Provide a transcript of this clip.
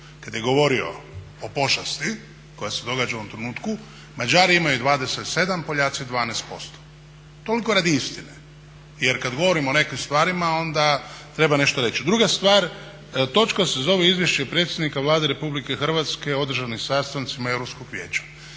kada je govorio o pošasti koja se događa u ovom trenutku, Mađari imaju 27, Poljaci 12%. Toliko radi istine. Jer kada govorimo o nekim stvarima onda treba nešto reći. Druga stvar, točka se zove Izvješće predsjednika Vlade Republike Hrvatske o održanim sastancima Europskog vijeća.